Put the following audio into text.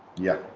yeah,